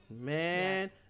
Man